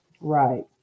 right